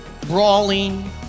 brawling